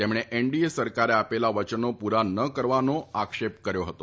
તેમણે એનડીએ સરકારે આપેલા વચનો પૂરાં ન કરવાનો આરોપ મૂક્યો હતો